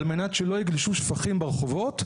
על מנת שלא יגלשו שפכים ברחובות,